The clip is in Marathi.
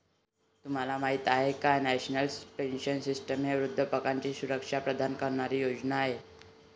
तुम्हाला माहिती आहे का की नॅशनल पेन्शन सिस्टीम ही वृद्धापकाळाची सुरक्षा प्रदान करणारी योजना आहे